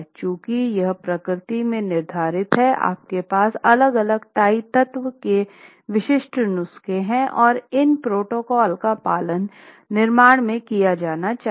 चूंकि यह प्रकृति में निर्धारित हैआपके पास अलग अलग टाई तत्व के विशिष्ट नुस्खे हैं और इन प्रोटोकॉल का पालन निर्माण में किया जाना चाहिए